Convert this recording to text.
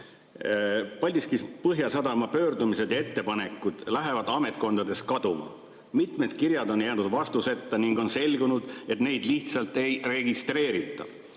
"Paldiski Põhjasadama pöördumised ja ettepanekud lähevad ametkondades kaduma. Mitmed kirjad on jäänud vastuseta ning on selgunud, et neid lihtsalt ei registreerita.